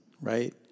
right